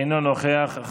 אינו נוכח.